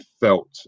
felt